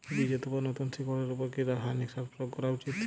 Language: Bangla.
বীজ অথবা নতুন শিকড় এর উপর কি রাসায়ানিক সার প্রয়োগ করা উচিৎ?